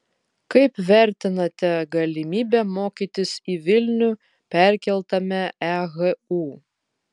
kaip vertinate galimybę mokytis į vilnių perkeltame ehu